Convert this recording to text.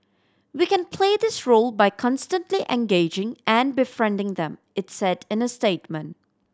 we can play this role by constantly engaging and befriending them it said in a statement